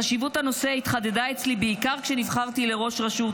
חשיבות הנושא התחדדה אצלי בעיקר כשנבחרתי לראש רשות,